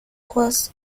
was